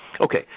okay